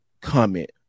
comment